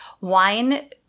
wine